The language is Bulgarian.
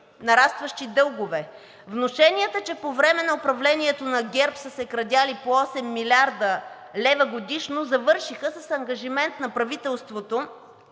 нарастващи дългове. Внушенията, че по време на управлението на ГЕРБ са се крадели по 8 млрд. лв., годишно завършиха с ангажимент на правителството